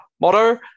motto